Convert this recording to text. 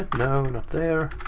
no, not there.